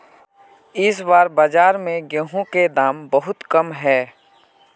इस बार बाजार में गेंहू के दाम बहुत कम है?